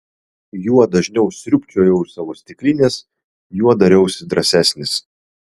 juo dažniau sriubčiojau iš savo stiklinės juo dariausi drąsesnis